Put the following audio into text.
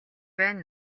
байна